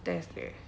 test leh